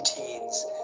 routines